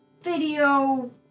video